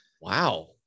Wow